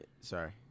Sorry